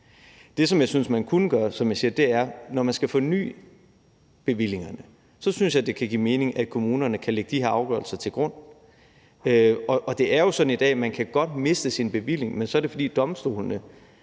Det, som jeg siger jeg synes kan give mening, når man skal forny bevillingerne, er, at kommunerne kan lægge de her afgørelser til grund, og det er sådan i dag, at man godt kan miste sin bevilling, men så er det, fordi domstolene